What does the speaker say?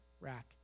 Rack